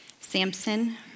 Samson